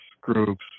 groups